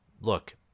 look